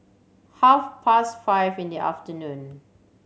half past five in the afternoon